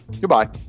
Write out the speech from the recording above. Goodbye